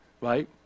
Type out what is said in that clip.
right